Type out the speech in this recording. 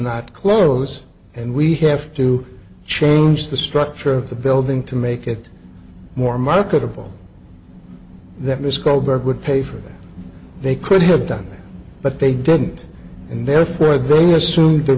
not close and we have to change the structure of the building to make it more marketable that miss goldberg would pay for that they could have done that but they didn't and therefore they assumed the